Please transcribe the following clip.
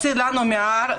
צאי לנו מהארץ,